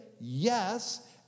yes